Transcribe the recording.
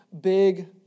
big